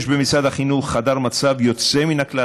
יש במשרד החינוך חדר מצב יוצא מן הכלל,